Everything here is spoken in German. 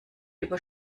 über